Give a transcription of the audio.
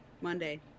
Monday